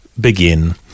begin